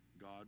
God